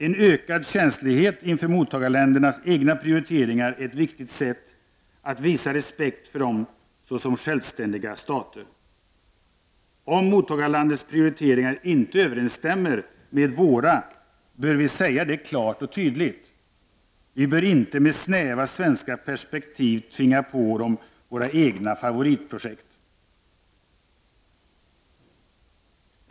En ökad känslighet inför mottagarländernas egna prioriteringar är ett viktigt sätt att visa respekt för dem såsom självständiga stater. Om mottagarlandets prioriteringar inte överensstämmer med våra bör vi säga det klart och tydligt. Vi bör inte med snäva svenska perspektiv tvinga på dem våra egna favoritprojekt.